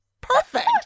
perfect